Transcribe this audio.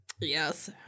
Yes